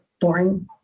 boring